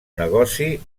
negoci